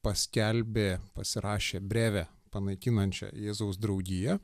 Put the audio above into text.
paskelbė pasirašė brevę panaikinančią jėzaus draugiją